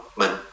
mình